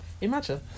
imagine